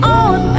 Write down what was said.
on